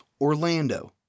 Orlando